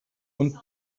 und